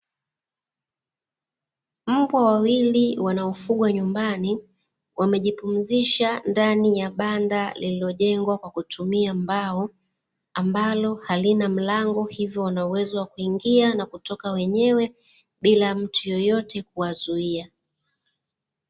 Mbwa wawili wanaofugwa nyumbani wamejipumzisha ndani ya banda lililojengwa kwa kutumia mbao, ambalo halina mlango hivyo wana uwezo wa kuingia na kutoka wenyewe bila mtu yeyote kuwazuia.